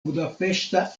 budapeŝta